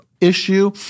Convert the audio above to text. Issue